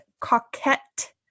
Coquette